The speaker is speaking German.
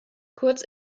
kurz